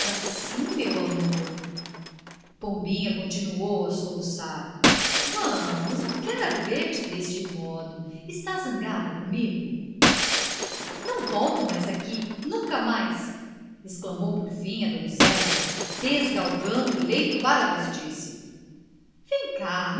assim meu amor pombinha continuou a soluçar vamos não quero ver-te deste modo estás zangada comigo não volto mais aqui nunca mais exclamou por fim a donzela desgalgando o leito para vestir-se